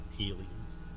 aliens